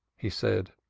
he said,